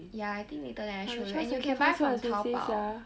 ya I think later then I show you and you can buy from Taobao